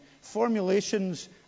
formulations